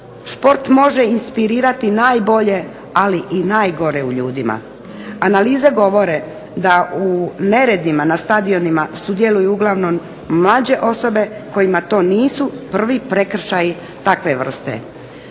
Šport može inspirirati najbolje, ali i najgore u ljudima. Analize govore da u neredima na stadionima sudjeluju uglavnom mlađe osobe kojima to nisu prvi prekršaji takve vrste.